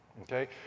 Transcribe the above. okay